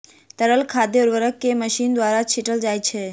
तरल खाद उर्वरक के मशीन द्वारा छीटल जाइत छै